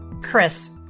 Chris